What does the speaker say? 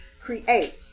create